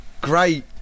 great